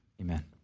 Amen